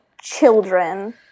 children